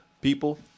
People